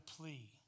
plea